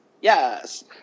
Yes